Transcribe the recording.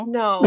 no